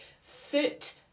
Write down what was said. foot